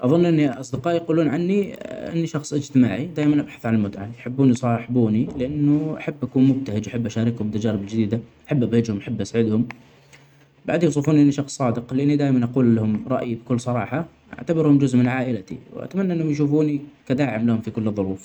أظن أن أصدقائي يقولون عني إني شخص إجتماعي ،دايما أبحث عن المتعة ،يحبون يصاحبوني لأنه أحب أكون مبتهج ،وأحب أشاركهم تجارب جديدة ،أحب أبهجهم ،أحب أسعدهم ،بعدين يصفون إني شخص صادق ،لإني دايما اجول لهم رأي بكل صراحة ،أعتبرهم جزء من عائلتي. وأتمني أنهم يشوفوني كداعم لهم في كل الظروف.